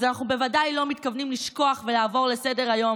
אז אנחנו בוודאי לא מתכוונים לשכוח ולעבור לסדר-היום